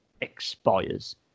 expires